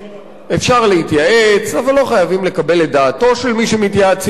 אפשר להתייעץ אבל לא חייבים לקבל את דעתו של מי שמתייעצים אתו.